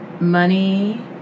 Money